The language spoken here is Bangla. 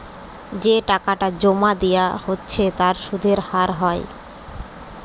যে টাকাটা জোমা দিয়া হচ্ছে তার সুধের হার হয়